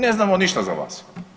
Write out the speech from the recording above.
Ne znamo ništa za vas.